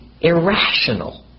irrational